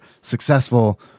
successful